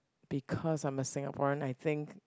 because I'm a Singaporean I think